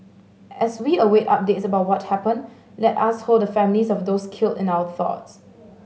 as we await updates about what happened let us hold the families of those killed in our thoughts